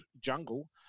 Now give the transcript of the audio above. jungle